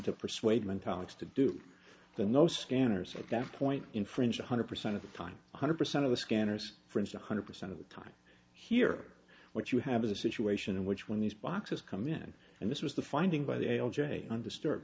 to persuade mentality to do the no scanners at that point infringed one hundred percent of the time one hundred percent of the scanners for instance hundred percent of the time here what you have is a situation in which when these boxes come in and this was the finding by the l j undisturbed